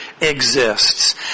exists